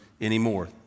anymore